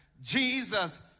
jesus